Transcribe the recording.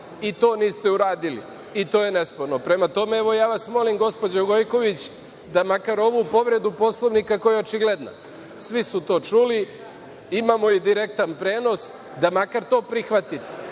I to niste uradili, i to je nesporno. Prema tome, evo, ja vas molim, gospođo Gojković, da makar ovu povredu Poslovnika, koja je očigledna, svi su to čuli, imamo i direktan prenos, da makar to prihvatite.